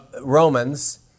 Romans